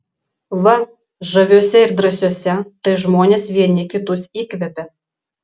va žaviuose ir drąsiuose tai žmonės vieni kitus įkvepia